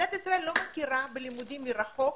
מדינת ישראל לא מכירה בלימודים מרחוק,